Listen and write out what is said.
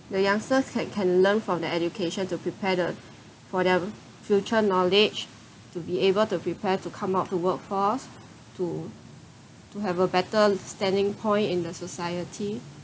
the youngsters can can learn from the education to prepare the for their future knowledge to be able to prepare to come out to workforce to to have a better standing point in the society